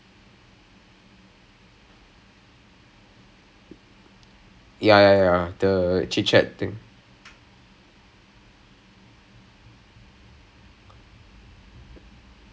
err the you know you guys all came on zoom and then you talked with the main commerce and everything ah so அதெல்லாம் முடிச்சுட்டு அதெல்லாம் முடிச்சுட்டுக்கு அப்புறம்:athaellaam mudichuttu athaellaam mudichuttukku appuram we were all discussing sub-commerce and all that kind of stuff right